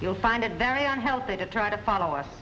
you'll find it very unhealthy to try to follow